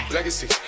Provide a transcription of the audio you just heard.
Legacy